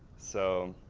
so